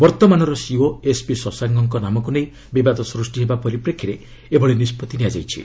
ବର୍ତ୍ତମାନର CEO S ଶଶାଙ୍କ ଙ୍କ ନାମକୁ ନେଇ ବିବାଦ ସୃଷ୍ଟି ହେବା ପରିପ୍ରେକ୍ଷୀରେ ଏଭଳି ନିଷ୍ପଭି ନିଆଯାଇଛି